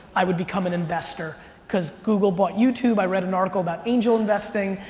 i would become an investor cause google bought youtube, i read an article about angel investing,